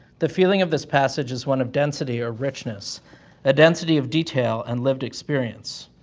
the feeling of this passage is one of density, or richness a density of detail and lived experience,